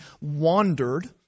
wandered